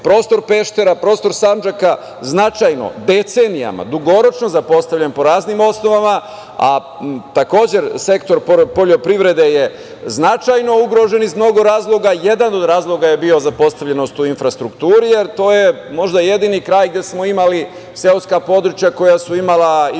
prostor Peštera, prostor Sandžaka, značajno decenijama, dugoročno zapostavljen po raznim osnovama, a takođe sektor poljoprivrede je značajno ugrožen iz mnogih razloga. Jedan od razloga je bio zapostavljenost u infrastrukturi, jer to je možda jedini kraj gde smo imali seoska područja koja su imala i